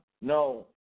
No